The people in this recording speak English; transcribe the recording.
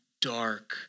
dark